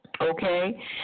Okay